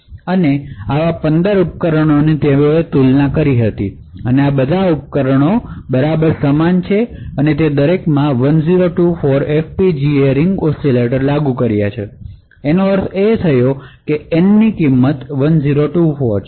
તેઓએ આવા 15 ઉપકરણોની તુલના કરી આ બધા ઉપકરણો બરાબર સમાન છે અને તેઓએ દરેકમાં 1024 FPGA રીંગ ઓસિલેટર લાગુ કર્યા એનો અર્થ એ કે Nની કિમત 1024 છે